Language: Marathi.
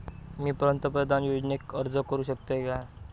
मी पंतप्रधान योजनेक अर्ज करू शकतय काय?